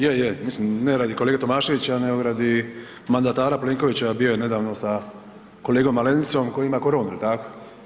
Je, je, mislim ne radi kolege Tomaševića, nego radi mandatara Plenkovića bio je nedavno sa kolegom Malenicom koji ima koronu, jel tako?